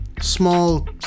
small